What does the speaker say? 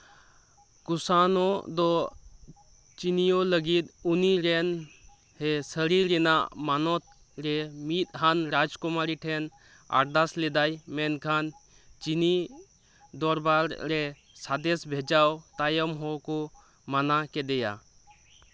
ᱠᱩᱥᱟᱱᱳ ᱫᱚ ᱪᱤᱱᱤᱭᱳ ᱞᱟᱹᱜᱤᱫ ᱩᱱᱤ ᱨᱮᱱ ᱦᱮᱸ ᱥᱟᱹᱨᱤ ᱨᱮᱱᱟᱜ ᱢᱟᱱᱚᱛ ᱨᱮ ᱢᱤᱫ ᱦᱟᱱ ᱨᱟᱡᱠᱩᱢᱟᱨᱤ ᱴᱷᱮᱱ ᱟᱨᱫᱟᱥ ᱞᱮᱫᱟᱭ ᱢᱮᱱᱠᱷᱟᱱ ᱪᱤᱱᱤ ᱫᱚᱨᱵᱟᱨ ᱨᱮ ᱥᱟᱸᱫᱮᱥ ᱵᱷᱮᱡᱟ ᱛᱟᱭᱚᱢ ᱦᱚᱸ ᱠᱚ ᱢᱟᱱᱟ ᱠᱮᱫᱮᱭᱟ